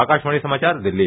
आकाशवाणी समाचार दिल्ली